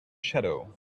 shadow